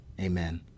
Amen